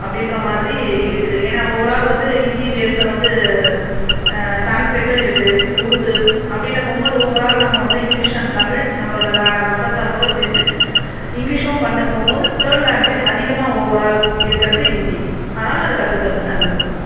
அப்படின்ற மாதிரி இருக்கு ஏன்னால் ஓவரால் வந்து ஹிந்தி பேஸ்டில் வந்து சான்ஸ்கிரிட்டும் இருக்கு உருது அப்படின்னு போகும்போது ஓவரால் நம்ம வந்து இங்கிலீஷ் அண்ட் தமிழ் நம்மளோட ல மதர் டங்கோடு சேர்ந்து இங்கிலீஷும் பண்ண போகும்போது தேர்ட் லாங்குவேஜ் அதிகமாக ஓவரால் இருக்கிறது ஹிந்தி அதனால் அதை கற்றுக்கிறது நல்லது